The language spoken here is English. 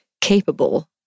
capable